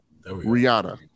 Rihanna